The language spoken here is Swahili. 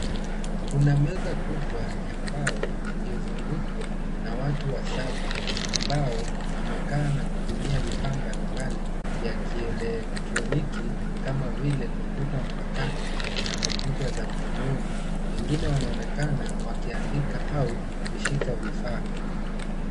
Kuna meza kubwa ya mbao iliyozungukwa na watu wasaba ambao wamekaa na kutumia vifaa mbalimbali vya kielektroniki kama vile kompyuta mpakato na kompyuta za mkononi. Wengine wanaonekana wakiandika au kushika vifaa.